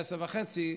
ב-10:30,